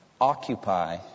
Occupy